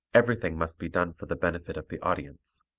everything must be done for the benefit of the audience.